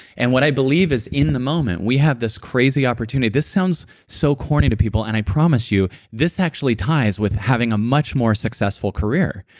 and what i believe is in the moment we have this crazy opportunity. this sounds so corny to people, and i promise you this actually ties with having a much more successful career,